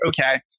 okay